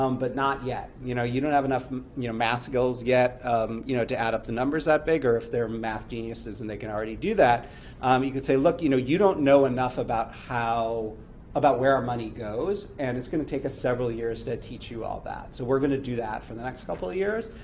um but not yet. you know you don't have enough you know math skills yet you know to add up the numbers that big. or if they're math geniuses and they can already do that um you can say, look, you know you don't know enough about where our money goes, and it's going to take us several years to teach you all that. so we're going to do that for the next couple of years,